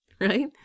right